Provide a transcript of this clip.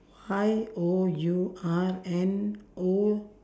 Y O U R N O